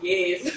Yes